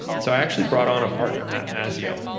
so i actually brought on a partner matt mazzeo.